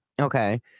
Okay